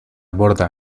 borda